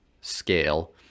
scale